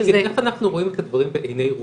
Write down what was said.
אני אגיד איך אנחנו רואים את הדברים בעיני רוחנו.